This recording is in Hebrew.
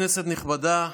כנסת נכבדה,